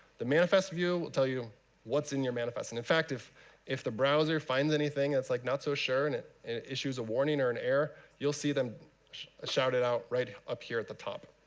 the manifest view will tell you what's in your manifest. and in fact, if if the browser finds anything and it's like not so sure, and it issues a warning or an error, you'll see them ah shout it out right up here at the top.